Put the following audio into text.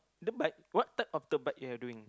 the bite what type of the bite you're doing